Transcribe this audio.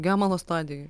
gemalo stadijoj